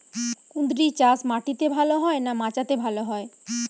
কুঁদরি চাষ মাটিতে ভালো হয় না মাচাতে ভালো হয়?